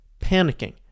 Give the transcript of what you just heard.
panicking